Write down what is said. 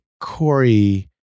Corey